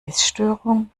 essstörung